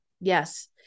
Yes